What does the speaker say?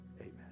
Amen